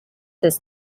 this